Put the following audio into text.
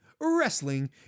wrestling